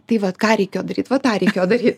tai vat ką reikėjo daryt vat tą reikėjo daryt